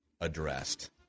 addressed